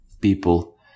people